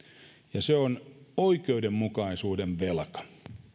se on oikeudenmukaisuuden velka